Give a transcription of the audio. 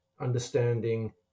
understanding